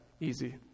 Easy